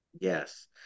Yes